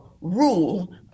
rule